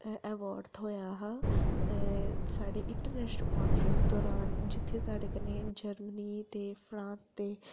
award थ्होआ हा साढ़े इंटरनेशनल कांफ्रेंस दौरान जित्थै साढ़े कन्नै जर्मनी ते फ्रांस ते